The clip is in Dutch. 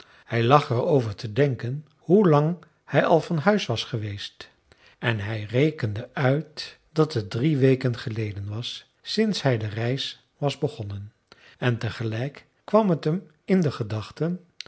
hij lag er over te denken hoe lang hij al van huis was geweest en hij rekende uit dat het drie weken geleden was sinds hij de reis was begonnen en tegelijk kwam het hem in de gedachten